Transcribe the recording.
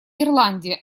ирландия